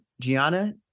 Gianna